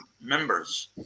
members